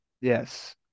Yes